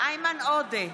איימן עודה,